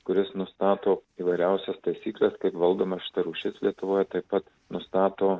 kuris nustato įvairiausias taisykles kaip valdoma šita rūšis lietuvoj taip pat nustato